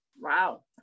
Wow